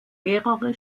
mehrere